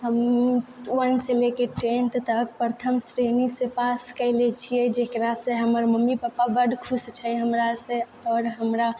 हम वन से लेके टेंथ तक प्रथम श्रेणीसँ पास कएले छियै जेकरासँ हमर मम्मी पापा बड खुश छै हमरा से आओर हमरा